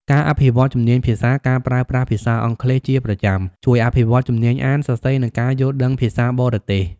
ការអភិវឌ្ឍជំនាញភាសា ការប្រើប្រាស់ភាសាអង់គ្លេសជាប្រចាំជួយអភិវឌ្ឍជំនាញអាន សរសេរ និងការយល់ដឹងភាសាបរទេស។